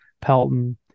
Pelton